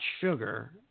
sugar